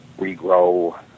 regrow